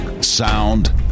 Sound